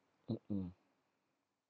mm mm